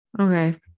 Okay